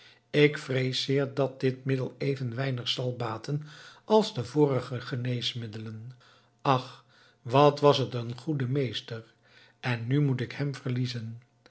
ik vrees zeer dat dit middel even weinig zal baten als de vorige geneesmiddelen ach wat was het een goede meester en nu moet ik hem verliezen